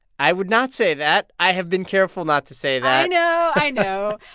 i would not say that. i have been careful not to say that i know, i know.